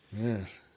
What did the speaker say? Yes